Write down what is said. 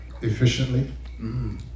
efficiently